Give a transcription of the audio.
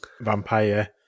vampire